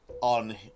on